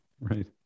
Right